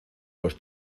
los